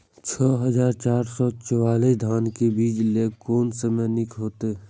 छः हजार चार सौ चव्वालीस धान के बीज लय कोन समय निक हायत?